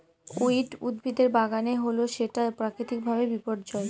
weed উদ্ভিদের বাগানে হলে সেটা প্রাকৃতিক ভাবে বিপর্যয়